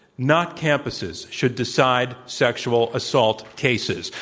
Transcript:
not campuses, should decide sexual assault cases,